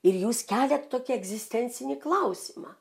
ir jūs keliat tokį egzistencinį klausimą